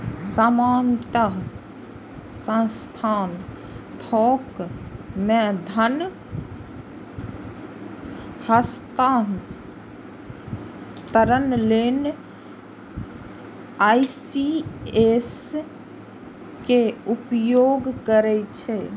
सामान्यतः संस्थान थोक मे धन हस्तांतरण लेल ई.सी.एस के उपयोग करै छै